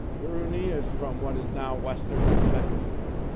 biruni is from what is now western uzbekistan,